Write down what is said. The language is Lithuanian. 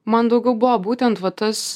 man daugiau buvo būtent va tas